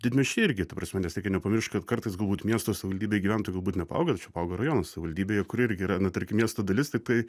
didmiesčiai irgi ta prasme nes reikia nepamiršt kad kartais galbūt miesto savivaldybėj gyventojų galbūt nepaauga tačiau paauga rajono savivaldybėje kuri irgi yra na tarkim miesto dalis tiktai